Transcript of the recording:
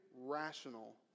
rational